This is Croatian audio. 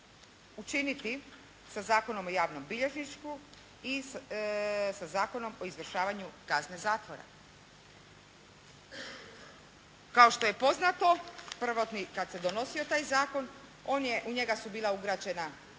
učiniti sa Zakonom o javnom bilježništvu i sa Zakonom o izvršavanju kazne zatvora. Kao što je poznato prvotni kad se donosio taj zakon, on je, u njega su bila ugrađena